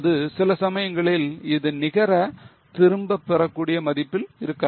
அல்லது சில சமயங்களில் இது நிகர திரும்ப பெறக்கூடிய மதிப்பில் இருக்கும்